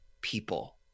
people